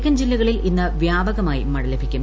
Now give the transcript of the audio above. തെക്കൻ ജില്ലുകളിൽ ഇന്ന് വ്യാപകമായി മഴ ലഭിക്കും